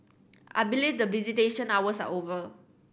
I believe the visitation hours are over